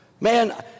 Man